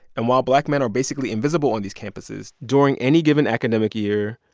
and while black men are basically invisible on these campuses, during any given academic year,